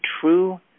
true